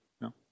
no